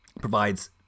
provides